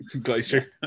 Glacier